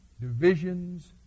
divisions